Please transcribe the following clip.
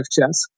chess